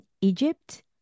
Egypt